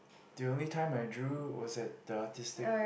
the only time I draw was at the artistic